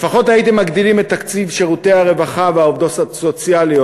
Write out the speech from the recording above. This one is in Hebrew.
לפחות הייתם מגדילים את תקציב שירותי הרווחה והעובדות הסוציאליות,